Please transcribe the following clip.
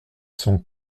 son